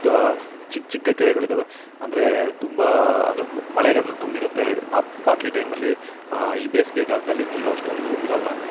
ತೊ ಸ್ ಚಿಕ್ಕ ಚಿಕ್ಕ ಕೆರೆಗಳಿದಾವೆ ಅಂದರೆ ತುಂಬ ಅಂದರೆ ಮಳೆಗಾಲ್ದಲ್ಲಿ ತುಂಬಿರುತ್ತೆ ಬಾಕಿ ಟೈಮಲ್ಲಿ ಈ ಬೇಸಿಗೆಗಾಲ್ದಲ್ಲಿ ನೀರು ಅಷ್ಟೊಂದು ಇರೋಲ್ಲ